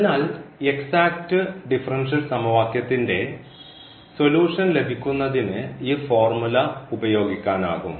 അതിനാൽ exact differential സമവാക്യത്തിന്റെ solution ലഭിക്കുന്നതിന് ഈ ഫോർമുല ഉപയോഗിക്കാനാകും